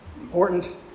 Important